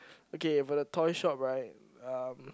okay for the toy shop right um